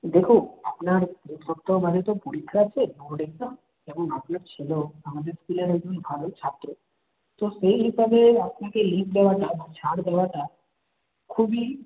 দেখুন আপনার এ সপ্তাহ বাদে তো পরীক্ষা আছে বোর্ড এক্সাম এবং আপনার ছেলেও আমাদের স্কুলের একজন ভালোই ছাত্র তো সেই হিসাবে আপনাকে লিভ দেওয়াটা মানে ছাড় দেওয়াটা খুবই